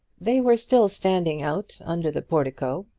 they were still standing out under the portico,